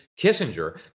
Kissinger